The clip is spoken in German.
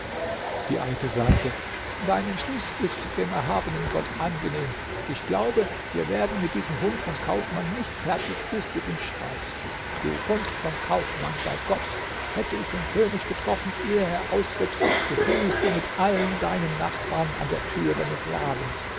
die alte sagte dein entschluß ist dem erhabenen gott angenehm ich glaube wir werden mit diesem hund von kaufmann nicht fertig bis du ihm schreibst du hund von kaufmann bei gott hätte ich den könig getroffen ehe er ausritt so hingest du mit allen deinen nachbarn an der tür deines ladens